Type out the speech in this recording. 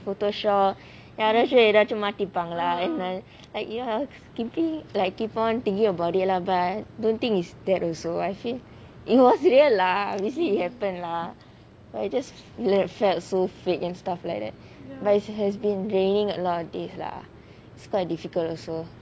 photoshop யாராச்சும் ஏதாச்சும் மாத்தி இருப்பாங்களா:yaarachum ethaachum maathi irupangalaa like keep on thinking about it lah but don't think is that also I feel it was real lah basically it happen lah but I just really felt so fake and stuff like that but it has been raining a lot of days lah it's quite difficult also